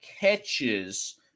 catches